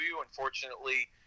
Unfortunately